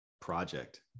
project